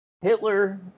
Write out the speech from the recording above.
Hitler